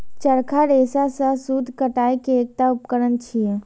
चरखा रेशा सं सूत कताइ के एकटा उपकरण छियै